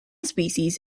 species